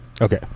Okay